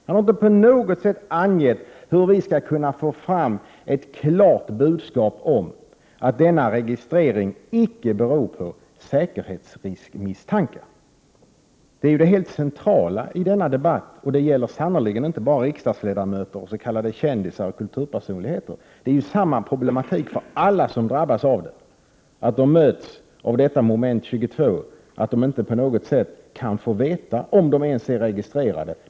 Han har icke på något sätt angett hur vi skall kunna få fram ett klart budskap om att denna registrering icke beror på misstankar om säkerhetsrisk. Det är det helt centrala i denna debatt, och det gäller sannerligen inte bara riksdagsledamöter, s.k. kändisar och kulturpersonligheter. Problematiken är densamma för alla som drabbas av detta, att de möts av moment 22, att de icke på något sätt ens kan få veta om de är registrerade.